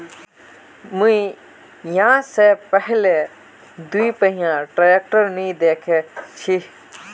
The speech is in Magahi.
मी या से पहले दोपहिया ट्रैक्टर नी देखे छी